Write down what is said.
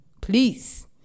Please